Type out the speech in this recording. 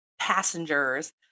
passengers